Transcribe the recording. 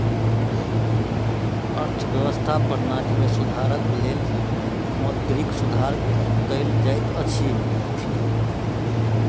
अर्थव्यवस्था प्रणाली में सुधारक लेल मौद्रिक सुधार कयल जाइत अछि